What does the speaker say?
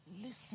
listen